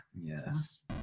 yes